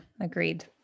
agreed